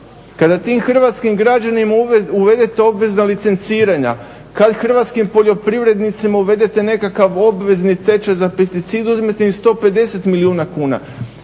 Kada tim hrvatskim građanima uvedete obvezna licenciranja, kad hrvatskim poljoprivrednicima uvedete nekakav obvezni tečaj za pesticide i uzmete im 150 milijuna kuna